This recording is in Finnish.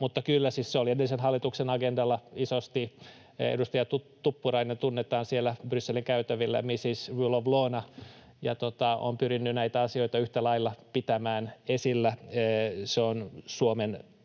mutta kyllä, siis se oli edellisen hallituksen agendalla isosti. Edustaja Tuppurainen tunnetaan siellä Brysselin käytävillä Mrs Rule of Law’na ja on pyrkinyt näitä asioita yhtä lailla pitämään esillä. Se on Suomen